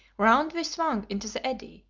round we swung into the eddy,